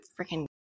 Freaking